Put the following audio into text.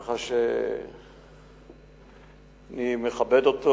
כך שאני מכבד אותו.